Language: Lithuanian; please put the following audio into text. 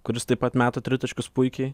kuris taip pat meta tritaškius puikiai